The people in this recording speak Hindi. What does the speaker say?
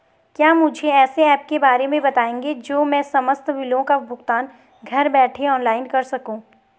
क्या मुझे ऐसे ऐप के बारे में बताएँगे जो मैं समस्त बिलों का भुगतान घर बैठे ऑनलाइन कर सकूँ?